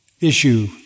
issue